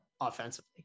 Offensively